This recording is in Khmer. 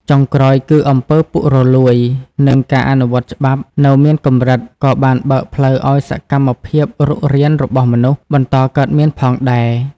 ចុងក្រោយ គឺអំពើពុករលួយ និង ការអនុវត្តច្បាប់នៅមានកម្រិត ក៏បានបើកផ្លូវឱ្យសកម្មភាពរុករានរបស់មនុស្សបន្តកើតមានផងដែរ។